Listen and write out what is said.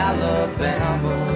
Alabama